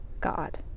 God